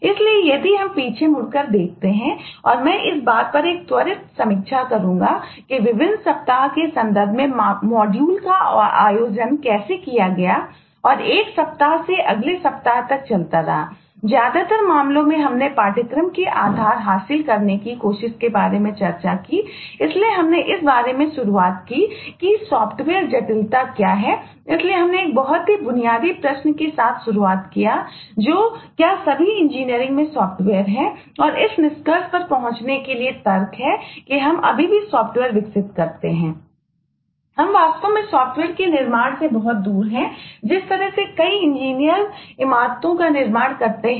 इसलिए यदि हम पीछे मुड़कर देखते हैं और मैं इस बात पर एक त्वरित समीक्षा करूंगा कि विभिन्न सप्ताह के संदर्भ में मॉड्यूल विकसित करते हैं